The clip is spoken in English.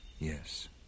Yes